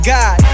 God